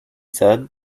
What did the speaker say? said